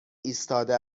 ایستاده